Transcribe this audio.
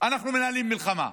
אנחנו מנהלים מלחמה.